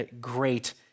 great